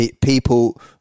people